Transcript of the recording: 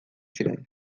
ziren